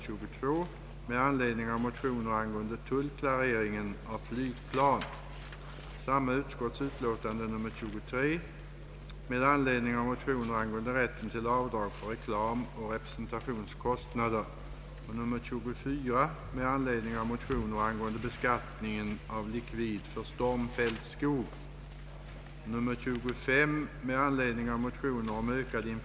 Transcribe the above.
Skälet var, att en skrivelse från Riksförbundet för mental hälsa med förslag till sådan utbildning då var utsänd för remissbehandling och svar hade ännu inte inkommit i sådan utsträckning, att ett ställningstagande av utbildningsdepartementet kunde göras.